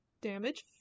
damage